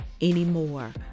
anymore